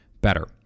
better